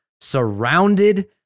surrounded